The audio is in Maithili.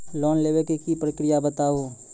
लोन लेवे के प्रक्रिया बताहू?